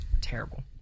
Terrible